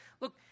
Look